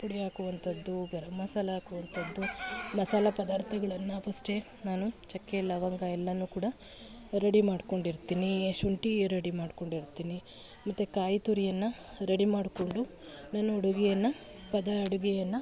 ಅರಶಿನ ಪುಡಿ ಹಾಕುವಂಥದ್ದು ಗರಂ ಮಸಾಲ ಹಾಕುವಂಥದ್ದು ಮಸಾಲ ಪದಾರ್ಥಗಳನ್ನು ಫಸ್ಟೇ ನಾನು ಚಕ್ಕೆ ಲವಂಗ ಎಲ್ಲನೂ ಕೂಡ ರೆಡಿ ಮಾಡ್ಕೊಂಡು ಇರ್ತೀನಿ ಶುಂಠಿ ರೆಡಿ ಮಾಡ್ಕೊಂಡು ಇರ್ತೀನಿ ಮತ್ತೆ ಕಾಯಿ ತುರಿಯನ್ನು ರೆಡಿ ಮಾಡಿಕೊಂಡು ನಾನು ಅಡುಗೆಯನ್ನು ಪದ ಅಡುಗೆಯನ್ನು